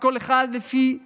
כל אחד לפי כוחו,